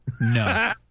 no